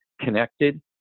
connected